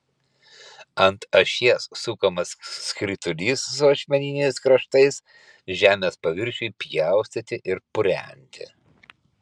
ant ašies sukamas skritulys su ašmeniniais kraštais žemės paviršiui pjaustyti ir purenti